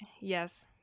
yes